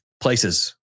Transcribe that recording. places